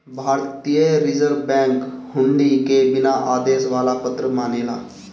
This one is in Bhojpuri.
भारतीय रिजर्व बैंक हुंडी के बिना आदेश वाला पत्र मानेला